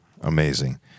amazing